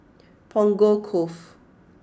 Punggol Cove